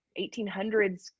1800s